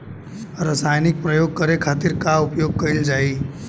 रसायनिक प्रयोग करे खातिर का उपयोग कईल जाइ?